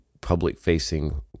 public-facing